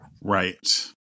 Right